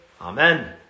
Amen